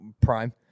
Prime